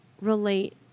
relate